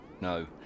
no